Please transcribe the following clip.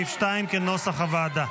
סעיף 2, כנוסח הוועדה,